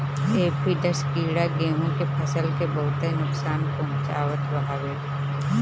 aphids कीड़ा गेंहू के फसल के बहुते नुकसान पहुंचावत हवे